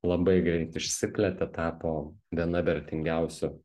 labai greit išsiplėtė tapo viena vertingiausių